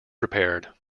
repaired